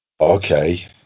okay